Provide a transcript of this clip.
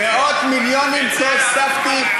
מאות מיליונים, תוספתי.